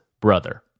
brother